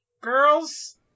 girls